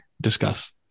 discuss